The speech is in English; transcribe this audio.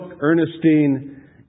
Ernestine